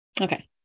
Okay